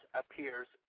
appears